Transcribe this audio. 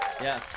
yes